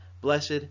blessed